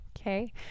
Okay